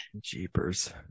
Jeepers